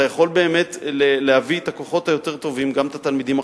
אתה יכול באמת להביא את הכוחות היותר טובים: גם את התלמידים החזקים,